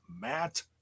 Matt